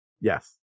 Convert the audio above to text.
yes